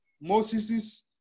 Moses